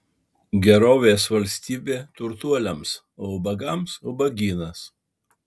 gerovės valstybė turtuoliams o ubagams ubagynas